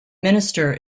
minister